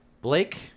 blake